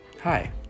Hi